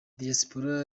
diyasipora